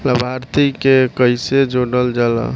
लभार्थी के कइसे जोड़ल जाला?